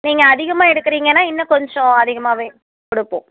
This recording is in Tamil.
நீங்கள் அதிகமாக எடுக்குறீங்கன்னால் இன்னும் கொஞ்சம் அதிகமாகவே கொடுப்போம்